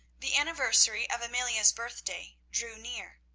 the anniversary of amelia's birthday drew near,